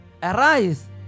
Arise